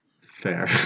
fair